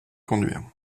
conduire